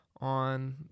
on